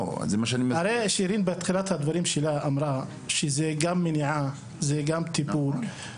הרי שירין אמרה בתחילת הדברים שלה שזה גם מניעה וגם טיפול,